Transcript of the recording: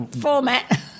format